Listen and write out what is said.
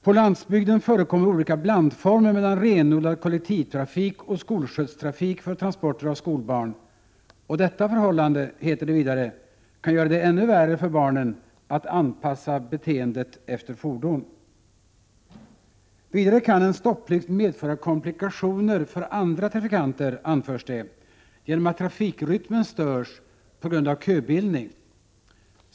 På landsbygden förekommer olika blandformer mellan renodlad kollektivtrafik och skolskjutstrafik för transporter av skolbarn, och detta förhållande, heter det vidare, kan göra det ännu svårare för barnen att anpassa beteendet efter fordon. Vidare kan en stopplikt medföra komplikationer för andra trafikanter, anförs det, genom att trafikrytmen störs på grund av köbildning.